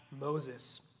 Moses